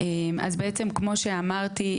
אז בעצם כמו מה שאמרתי,